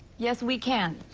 yes, we can.